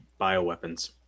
bioweapons